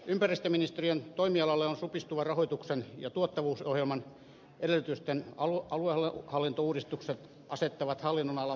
ympäristöministeriön toimialalla supistuva rahoitus ja tuottavuusohjelman edellytysten aluehallintouudistukset asettavat hallinnonalan vaikeaan tilanteeseen